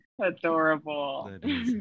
adorable